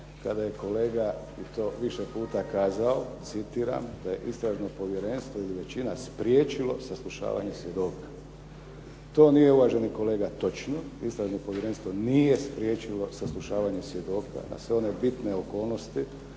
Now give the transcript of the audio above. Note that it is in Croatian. kada je kolega i to više puta kazao, citiram, da je Istražno povjerenstvo ili većina spriječilo saslušavanje svjedoka. To nije uvaženi kolega točno. Istražno povjerenstvo nije spriječilo saslušavanje svjedoka na sve one bitne okolnosti